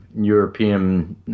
European